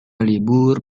libur